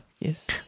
Yes